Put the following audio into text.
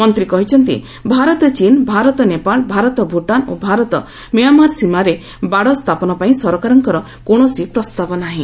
ମନ୍ତ୍ରୀ କହିଚ୍ଚନ୍ତି ଭାରତ ଚୀନ୍ ଭାରତ ନେପାଳ ଭାରତ ଭୁଟାନ୍ ଓ ଭାରତ ମ୍ୟାମାର୍ ସୀମାରେ ବାଡ଼ ସ୍ଥାପନ ପାଇଁ ସରକାରଙ୍କର କୌଣସି ପ୍ରସ୍ତାବ ନାହିଁ